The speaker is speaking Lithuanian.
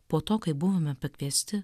po to kai buvome pakviesti